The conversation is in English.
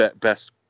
best